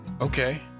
Okay